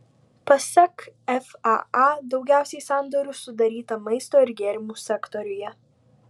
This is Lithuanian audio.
pasak faa daugiausiai sandorių sudaryta maisto ir gėrimų sektoriuje